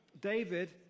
David